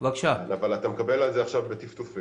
אבל אתה מקבל על זה עכשיו בטפטופים.